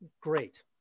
Great